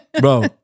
Bro